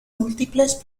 múltiples